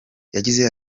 yagize